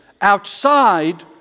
outside